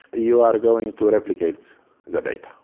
you are going to replicate the data.